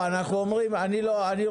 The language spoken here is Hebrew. אתם